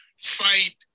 fight